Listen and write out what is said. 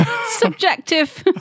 Subjective